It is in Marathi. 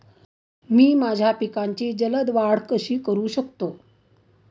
मी माझ्या पिकांची जलद वाढ कशी करू शकतो?